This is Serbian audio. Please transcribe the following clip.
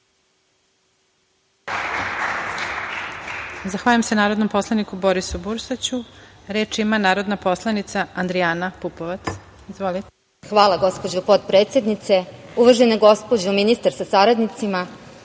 Zahvaljujem se narodnom poslaniku Borisu Bursaću. Reč ima narodna poslanica Adrijana Pupovac. Izvolite. **Adrijana Pupovac** Hvala, gospođo potpredsednice. Uvažena gospođo ministar sa saradnicima,